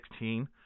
2016